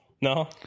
no